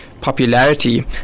popularity